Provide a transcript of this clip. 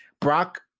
Brock